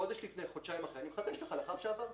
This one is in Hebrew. חודש לפני, חודשיים אחרי, אני מחדש לך לאחר שעברה,